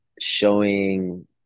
showing